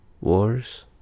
wars